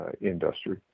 industry